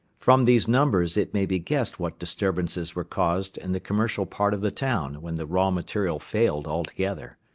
from these numbers it may be guessed what disturbances were caused in the commercial part of the town when the raw material failed altogether.